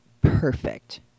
perfect